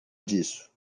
disso